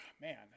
man